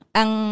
ang